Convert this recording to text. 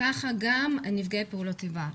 כך גם נפגעי פעולות איבה,